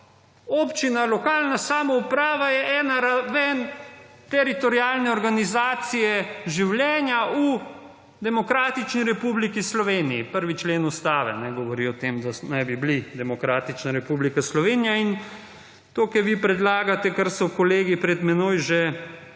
Občina, lokalna samouprava je ena raven teritorialne organizacije življenja v demokratični republiki Sloveniji, 1. člen ustave govori o tem, da smo, naj bi bili demokratična republika Slovenija. In to, kar vi predlagate - kar so kolegi pred menoj že ubesedovali